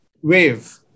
wave